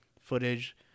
footage